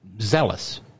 zealous